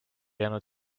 jäänud